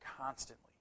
constantly